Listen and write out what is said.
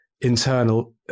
internal